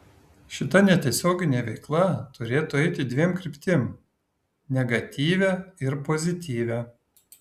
šita netiesioginė veikla turėtų eiti dviem kryptim negatyvia ir pozityvia